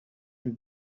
and